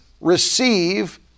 receive